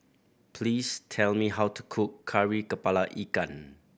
please tell me how to cook Kari Kepala Ikan